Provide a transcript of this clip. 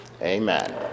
Amen